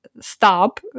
stop